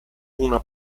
una